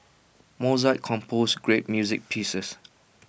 Mozart composed great music pieces